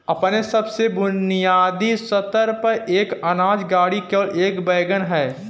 अपने सबसे बुनियादी स्तर पर, एक अनाज गाड़ी केवल एक वैगन है